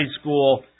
School